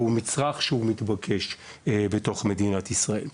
והוא מצרך מתבקש בתוך מדינת ישראל.